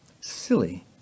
silly